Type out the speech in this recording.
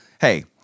Hey